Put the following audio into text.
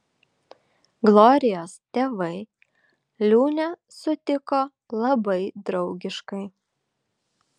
glorijos tėvai liūnę sutiko labai draugiškai